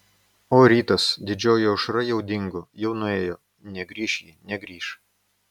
o rytas didžioji aušra jau dingo jau nuėjo negrįš ji negrįš